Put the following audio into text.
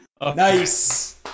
Nice